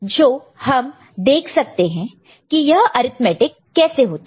तो हम देखते हैं कि यह अर्थमैटिक कैसे होता है